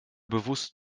bewusst